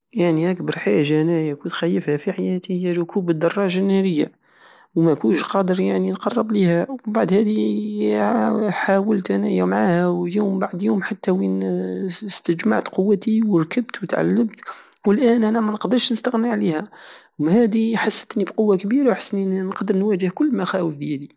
يعني اكبر حاجة انايا كنت خايفها في حياتي هي ركوب الدراجة النارية ومكنتش يعني قادر نقرب ليها ومبعد هدي حاولت انايا يوم بعد يوم حتى وين استجمعت قوتي وركبت وتعلمت والان انا منقدرش نستغنى عليها هادي حستني بقوة كبيرة وحستني ان نقدر نواجه كل المخاوف ديالي